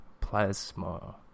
plasma